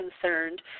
concerned